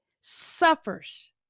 suffers